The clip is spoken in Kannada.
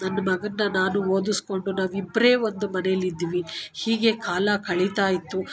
ನನ್ನ ಮಗನ್ನ ನಾನು ಓದುಸ್ಕೊಂಡು ನಾವು ಇಬ್ಬರೆ ಒಂದು ಮನೆಯಲ್ಲಿ ಇದ್ವಿ ಹೀಗೆ ಕಾಲ ಕಳೀತಾ ಇತ್ತು